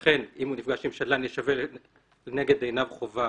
לכן, אם הוא נפגש עם שדלן ישווה לנגד עיניו חובה